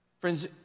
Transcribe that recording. Friends